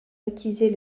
baptisée